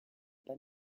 pas